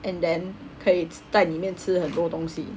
and then 可以在里面吃很多东西